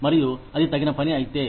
మరియు అది తగిన పని అయితే